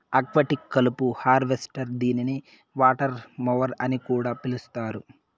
aquatic కలుపు harvester దీనిని water mower అని కూడా పిలుస్తారు